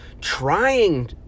trying